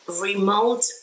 remote